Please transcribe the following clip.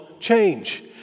change